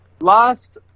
last